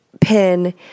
pin